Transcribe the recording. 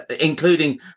including